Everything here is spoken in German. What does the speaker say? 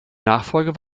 nachfolger